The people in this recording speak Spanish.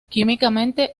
químicamente